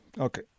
okay